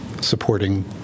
supporting